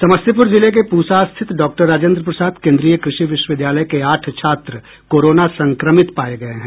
समस्तीपुर जिले के पूसा स्थित डाक्टर राजेंद्र प्रसाद केन्द्रीय कृषि विश्वविद्यालय के आठ छात्र कोरोना संक्रमित पाये गये हैं